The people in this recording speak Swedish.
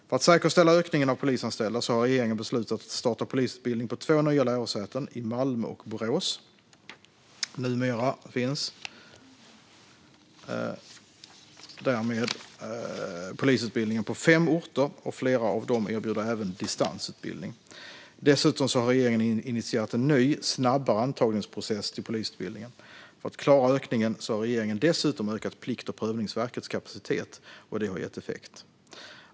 För att säkerställa ökningen av polisanställda har regeringen beslutat att starta polisutbildning på två nya lärosäten, i Malmö och Borås. Därmed finns polisutbildningen nu på fem orter, och flera av dem erbjuder även distansutbildning. Dessutom har regeringen initierat en ny, snabbare antagningsprocess till polisutbildningen. För att klara av ökningen har regeringen dessutom ökat Plikt och prövningsverkets kapacitet. Detta har gett effekt.